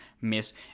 miss